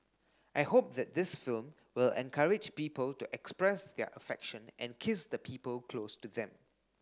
I hope that this film will encourage people to express their affection and kiss the people close to them